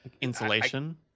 insulation